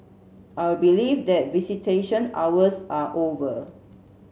I believe that visitation hours are over